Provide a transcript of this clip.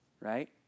right